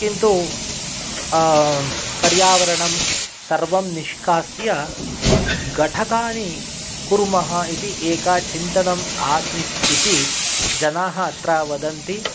किन्तु पर्यावरणं सर्वं निष्कास्य गठकानि कुर्मः इति एका चिन्तनम् आसीत् इति जनाः अत्र वदन्ति